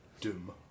Doom